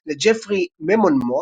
לג'פרי ממונמות',